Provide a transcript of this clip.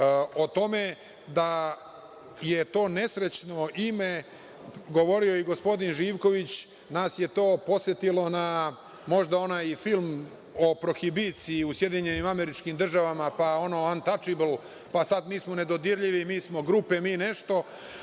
O tome da je to nesrećno ime govorio je gospodin Živković. Nas je to podsetilo na možda onaj film o prohibiciji u SAD, pa ono „untouchable“, pa sada smo mi nedodirljivi, mi smo grupe, mi nešto.